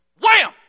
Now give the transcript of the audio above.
Wham